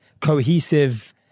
cohesive